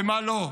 ומה לא.